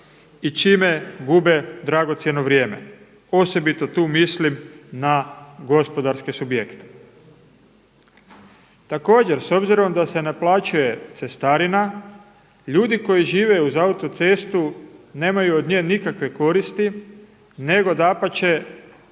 i čime gube dragocjeno vrijeme, osobito tu mislim na gospodarske subjekte. Također s obzirom da se naplaćuje cestarina ljudi koji žive uz autocestu nemaju od nje nikakve koristi, nego dapače